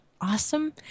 awesome